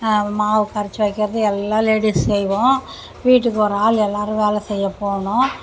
மாவு கரைச்சி வைக்கிறது எல்லாம் லேடிஸ் செய்வோம் வீட்டுக்கு ஒரு ஆள் எல்லாரும் வேலை செய்யப் போகணும்